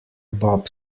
bob